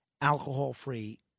alcohol-free